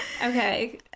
okay